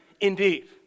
indeed